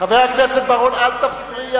חבר הכנסת בר-און, אל תפריע